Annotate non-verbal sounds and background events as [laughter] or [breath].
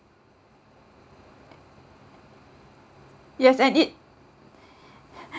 yes and it [breath]